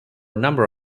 number